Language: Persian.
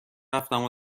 رفتم